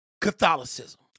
Catholicism